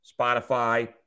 Spotify